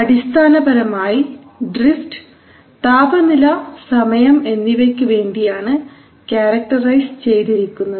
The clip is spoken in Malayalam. അടിസ്ഥാനപരമായി ഡ്രിഫ്റ്റ് താപനില സമയം എന്നിവയ്ക്ക് വേണ്ടിയാണ് ക്യാരക്ടറൈസ് ചെയ്തിരിക്കുന്നത്